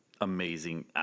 Amazing